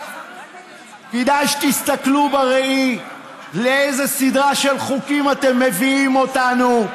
כדאי שתסתכלו בראי לאיזו סדרה של חוקים אתם מביאים אותנו: